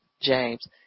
James